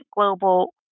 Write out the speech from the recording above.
global